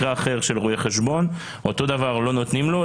יש לי עוד מקרה של רואה חשבון שלא נותנים לו.